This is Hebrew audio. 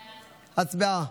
הצבעה.